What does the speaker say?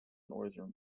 northern